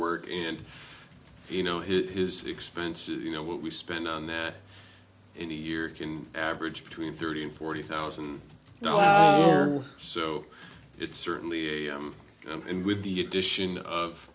work and you know hit his expenses you know what we spend on that in a year can average between thirty and forty thousand so it's certainly a and with the addition of